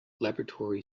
laboratory